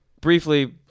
Briefly